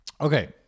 okay